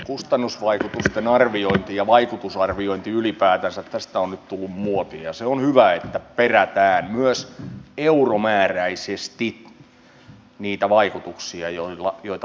tästä kustannusvaikutusten arvioinnista ja vaikutusarvioinnista ylipäätänsä on nyt tullut muotia ja se on hyvä että perätään myös euromääräisesti niitä vaikutuksia joita päätöksistä seuraa